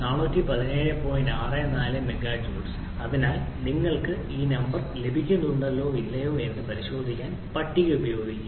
64 MJ അതിനാൽ നിങ്ങൾക്ക് ഈ നമ്പർ ലഭിക്കുന്നുണ്ടോ ഇല്ലയോ എന്ന് പരിശോധിക്കാൻ പട്ടിക ഉപയോഗിക്കുക